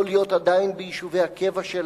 לא להיות עדיין ביישובי הקבע שלהם?